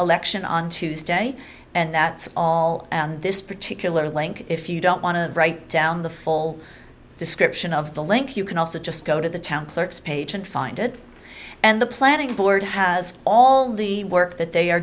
election on tuesday and that's all this particular link if you don't want to write down the full description of the link you can also just go to the town clerk's page and find it and the planning board has all the work that they are